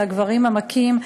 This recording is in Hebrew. אל הגברים המכים.